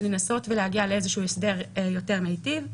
לנסות להגיע לאיזה שהוא הסדר יותר מיטיב.